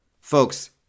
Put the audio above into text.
Folks